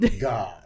God